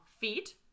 Feet